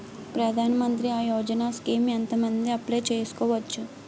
ప్రధాన మంత్రి యోజన స్కీమ్స్ ఎంత మంది అప్లయ్ చేసుకోవచ్చు?